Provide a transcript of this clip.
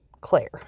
Claire